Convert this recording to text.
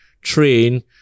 train